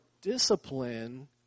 discipline